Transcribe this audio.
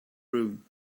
room